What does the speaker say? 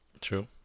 true